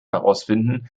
herausfinden